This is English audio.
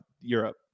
Europe